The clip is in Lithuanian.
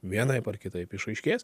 vienaip ar kitaip išaiškės